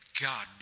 God